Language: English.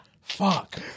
Fuck